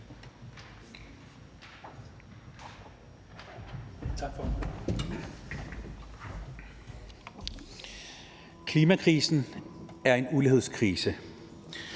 Klimakrisen er en ulighedskrise.